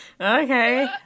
okay